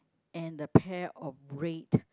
and the pair of red